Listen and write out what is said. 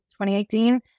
2018